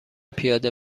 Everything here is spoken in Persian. پیاده